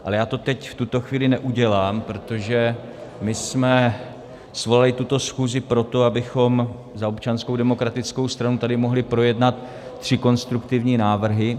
Ale já to teď v tuto chvíli neudělám, protože my jsme svolali tuto schůzi proto, abychom za Občanskou demokratickou stranu tady mohli projednat tři konstruktivní návrhy.